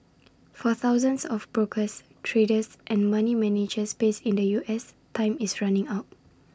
for thousands of brokers traders and money managers based in the U S time is running out